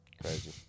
Crazy